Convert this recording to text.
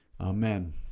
Amen